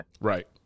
Right